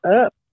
up